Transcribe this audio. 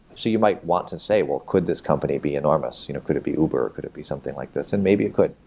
so you might want to say, could this company be enormous? you know could it be uber? could it be something like this? and maybe it could,